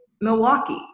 Milwaukee